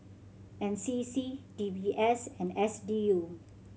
N C C D B S and S D U